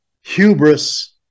hubris